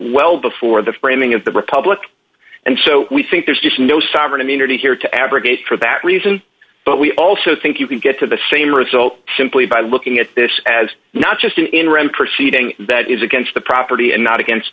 well before the framing of the republic and so we think there's just no sovereign immunity here to abrogate for that reason but we also think you can get to the same result simply by looking at this as not just an interim proceeding that is against the property and not against